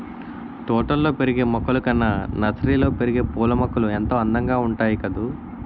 తోటల్లో పెరిగే మొక్కలు కన్నా నర్సరీలో పెరిగే పూలమొక్కలు ఎంతో అందంగా ఉంటాయి కదూ